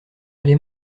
aller